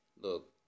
look